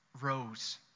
rose